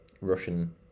Russian